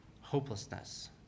hopelessness